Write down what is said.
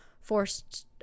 forced